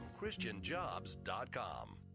ChristianJobs.com